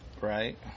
Right